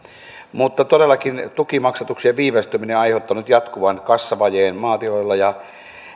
mutta tukimaksatuksien viivästyminen on todellakin aiheuttanut jatkuvan kassavajeen maatiloilla ja